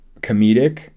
comedic